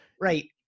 right